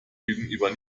gegenüber